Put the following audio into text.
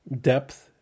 depth